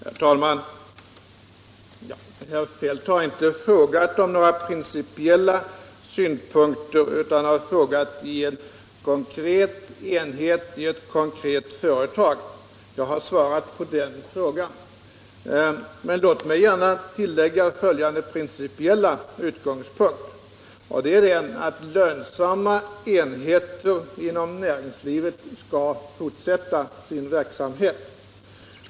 Herr talman! Herr Feldt har inte frågat om några principiella synpunkter utan om en konkret enhet i ett konkret företag. Jag har svarat på den frågan. Men låt mig gärna tillägga att min principiella utgångspunkt är den, att lönsamma enheter inom näringslivet skall fortsätta sin verksamhet.